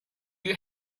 you